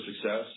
success